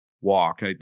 walk